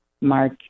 mark